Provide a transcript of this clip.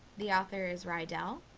the author is reidel.